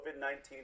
COVID-19